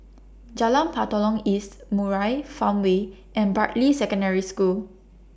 Jalan Batalong East Murai Farmway and Bartley Secondary School